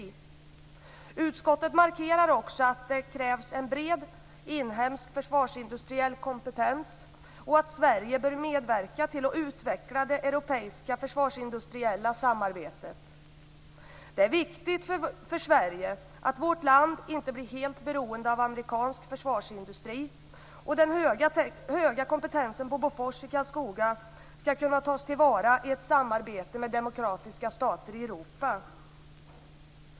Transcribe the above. Utskottet markerar också att det krävs en bred inhemsk försvarsindustriell kompetens och att Sverige bör medverka till att utveckla det europeiska försvarsindustriella samarbetet. Det är viktigt för Sverige att vårt land inte blir helt beroende av amerikansk försvarsindustri. Den höga kompetensen på Bofors i Karlskoga skall kunna tas till vara i ett samarbete med demokratiska stater i Europa.